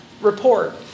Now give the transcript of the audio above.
report